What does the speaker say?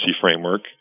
framework